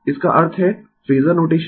इसका अर्थ है फेजर नोटेशन